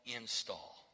install